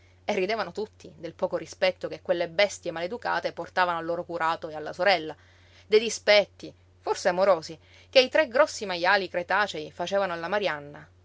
e ridevano tutti del poco rispetto che quelle bestie maleducate portavano al loro curato e alla sorella dei dispetti forse amorosi che i tre grossi majali cretacei facevano alla marianna